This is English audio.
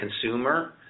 consumer